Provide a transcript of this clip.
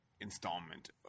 installment